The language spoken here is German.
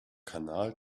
kanal